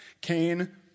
Cain